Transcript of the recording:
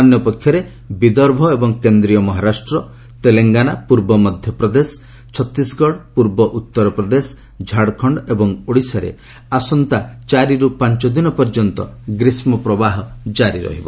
ଅନ୍ୟପକ୍ଷରେ ବିଦର୍ଭ ଏବଂ କେନ୍ଦ୍ରୀୟ ମହରାଷ୍ଟ୍ର ତେଲଙ୍ଗାନା ପୂର୍ବ ମଧ୍ୟପ୍ରଦେଶ ଛତିଶଗଡ଼ ପୂର୍ବ ଉତ୍ତର ପ୍ରଦେଶ ଝାଡ଼ଖଣ୍ଡ ଏବଂ ଓଡ଼ିଶାରେ ଆସନ୍ତା ଚାରି ପାଞ୍ଚ ଦିନ ମଧ୍ୟରେ ଗ୍ରୀଷ୍କ ପ୍ରବାହ ଜାରି ରହିବ